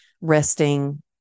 resting